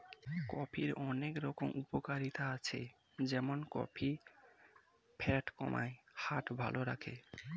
কফির অনেক রকম উপকারিতা আছে যেমন কফি ফ্যাট কমায়, হার্ট ভালো রাখে